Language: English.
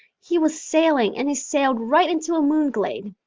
he was sailing and he sailed right into a moonglade.